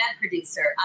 producer